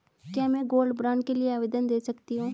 क्या मैं gold bond के लिए आवेदन दे सकती हूँ?